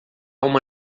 uma